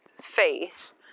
faith